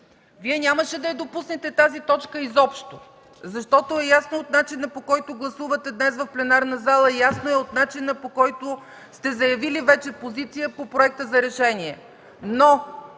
нямаше да допуснете тази точка изобщо, защото е ясно от начина, по който гласувате днес в пленарната зала, ясно е от начина, по който сте заявили вече позиция по проекта за решение,